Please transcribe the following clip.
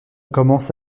commence